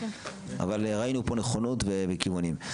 אבל, ראינו פה נכונות וכיוונים.